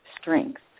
strength